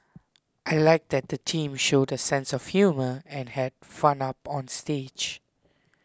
I like that the teams showed a sense of humour and had fun up on stage